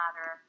matter